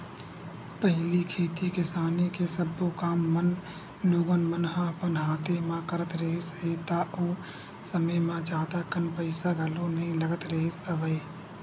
पहिली खेती किसानी के सब्बो काम मन लोगन मन ह अपन हाथे म करत रिहिस हे ता ओ समे म जादा कन पइसा घलो नइ लगत रिहिस हवय